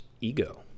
ego